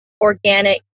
organic